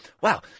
wow